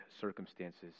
circumstances